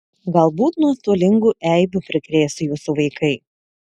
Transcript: galbūt nuostolingų eibių prikrės jūsų vaikai